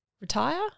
retire